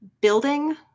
building